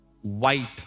White